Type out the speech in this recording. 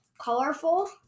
Colorful